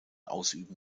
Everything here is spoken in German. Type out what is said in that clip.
ausüben